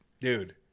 Dude